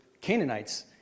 Canaanites